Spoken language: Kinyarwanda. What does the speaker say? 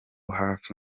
hafi